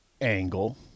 angle